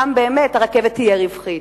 שם באמת הרכבת תהיה רווחית.